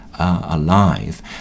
alive